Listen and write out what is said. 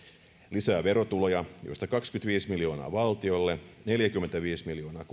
lisää verotuloja joista kaksikymmentäviisi miljoonaa valtiolle neljäkymmentäviisi